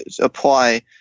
apply